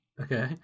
Okay